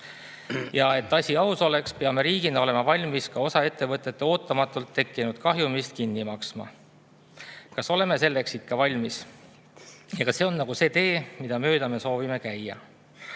et asi aus oleks, peame riigina olema valmis ka osa ettevõtete ootamatult tekkinud kahjumist kinni maksma. Kas oleme selleks valmis? Kas see on see tee, mida mööda me soovime käia?